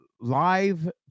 Live